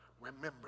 remember